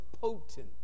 potent